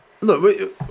Look